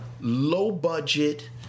low-budget